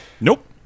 nope